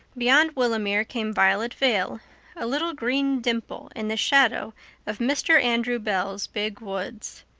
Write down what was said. beyond willowmere came violet vale a little green dimple in the shadow of mr. andrew bell's big woods.